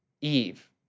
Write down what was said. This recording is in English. Eve